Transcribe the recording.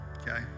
okay